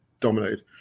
dominated